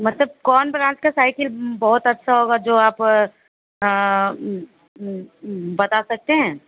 मतलब कौन ब्रांच का साइकिल बहुत अच्छा होगा जो आप बता सकते हैं